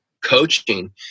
coaching